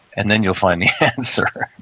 and then you'll find the answer.